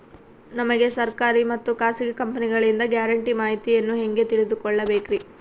ನಮಗೆ ಸರ್ಕಾರಿ ಮತ್ತು ಖಾಸಗಿ ಕಂಪನಿಗಳಿಂದ ಗ್ಯಾರಂಟಿ ಮಾಹಿತಿಯನ್ನು ಹೆಂಗೆ ತಿಳಿದುಕೊಳ್ಳಬೇಕ್ರಿ?